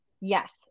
Yes